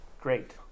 Great